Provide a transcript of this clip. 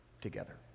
together